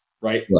right